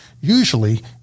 Usually